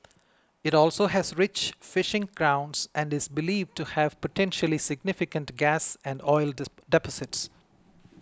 it also has rich fishing grounds and is believed to have potentially significant gas and oil deposits